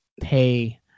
pay